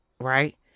right